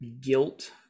guilt